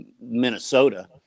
Minnesota